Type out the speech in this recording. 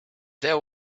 there